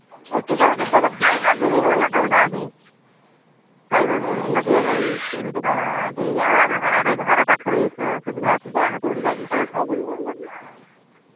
ଏଠି ବି ଯେତେହେଲେ ଖାଇବାକୁ ବି ଭଲ ଦେଉନାହାଁନ୍ତି ଖାଇବାକୁ ବି ଭଲ ଦିଆଯାଉନି କେମିତି କ'ଣ ଏଠି ଆମେ କ'ଣ ଏଠି ଘର ପାଖରେ ହେଇଛୁ ସୁବିଧା ଅଛି ଯେ ଆମେ କୋଉଠି ଯାଇକି ଖାଇଦେବୁ କି କ'ଣ କରିବୁ